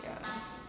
ya